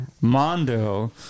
Mondo